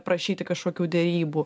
prašyti kažkokių derybų